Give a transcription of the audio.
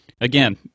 Again